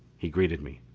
he greeted me.